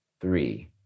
three